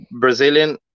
Brazilian